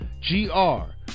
G-R